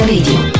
Radio